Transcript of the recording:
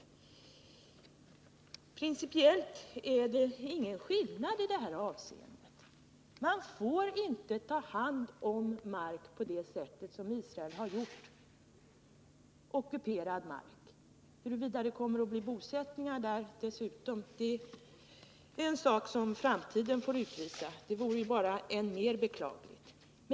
Principiellt är det ingen skillnad i det här avseendet. Man får inte ta hand om ockuperad mark på det sätt som Israel har gjort. Huruvida det dessutom kommer att bli bosättningar där är något som framtiden får utvisa. Om så skulle bli fallet, vore det bara ännu mer beklagligt.